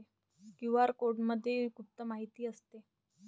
QR कोडमध्ये गुप्त माहिती असते